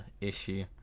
issue